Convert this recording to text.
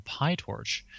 PyTorch